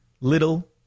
little